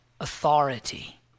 authority